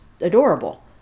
adorable